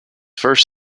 first